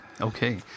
okay